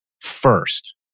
first